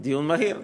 דיון מהיר היה שם.